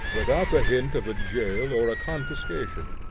without the hint of a jail or a confiscation.